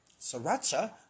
Sriracha